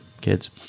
kids